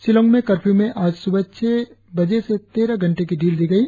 शिलांग में कर्फ्यू में आज सुबह छह बजे से तेरह घंटे की ढील दी गई